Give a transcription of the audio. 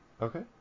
Okay